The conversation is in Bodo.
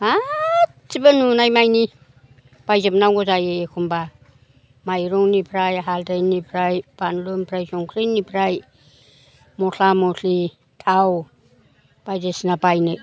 गासिबो नुनाय मानि बाइजोबनांगौ जायो एखमबा माइरंनिफ्राय हालदैनिफ्राय बानलुनिफ्राय संख्रिनिफ्राय मस्ला मस्लि थाव बायदिसिना बायनो